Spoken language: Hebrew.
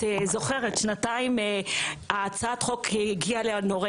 את זוכרת, לפני שנתיים הצעת החוק לאנורקסיה.